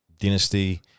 dynasty